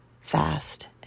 fast